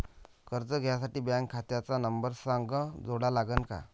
कर्ज घ्यासाठी बँक खात्याचा नंबर संग जोडा लागन का?